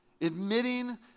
Admitting